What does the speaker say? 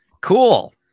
Cool